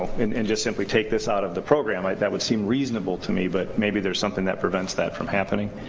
and and just simply take this out of the program. ah that would seem reasonable to me, but maybe there's something that prevents that from happening.